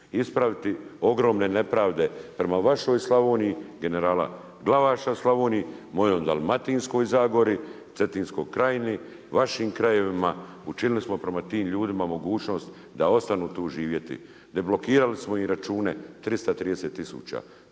ispraviti ogromne nepravde prema vašoj Slavoniji generala Glavaša Slavoniji, mojoj Dalmatinskoj zagori, Cetinskoj krajini, vašim krajevima učinili smo prema tim ljudima mogućnost da ostanu tu živjeti. Deblokirali smo im računa 330